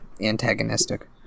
antagonistic